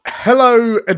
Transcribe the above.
Hello